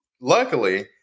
luckily